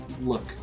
look